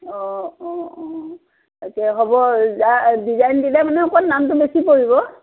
অঁ অঁ অঁ তাকে হ'ব যা ডিজাইন দিলে মানে অকণ দামটো বেছি পৰিব